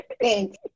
Thanks